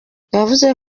yavuze